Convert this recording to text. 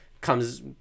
comes